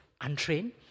untrained